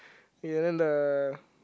yellow